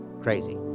crazy